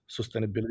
Sustainability